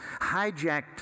hijacked